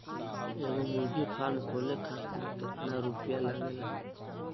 एगो मुर्गी फाम खोले खातिर केतना रुपया लागेला?